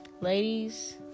Ladies